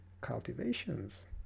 cultivations